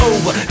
Over